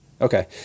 Okay